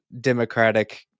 Democratic